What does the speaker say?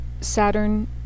Saturn